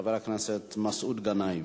חבר הכנסת מסעוד גנאים.